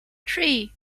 three